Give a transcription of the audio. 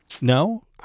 No